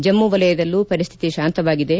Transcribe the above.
ಜಮ್ಮ ವಲಯದಲ್ಲೂ ಪರಿಸ್ಥಿತಿ ಶಾಂತವಾಗಿದೆ